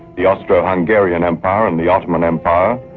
the austro-hungarian empire and the ottoman empire.